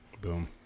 boom